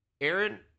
Aaron